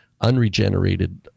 unregenerated